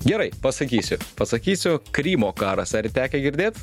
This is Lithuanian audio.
gerai pasakysiu pasakysiu krymo karas ar tekę girdėt